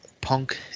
Punk